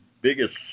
biggest